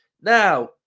now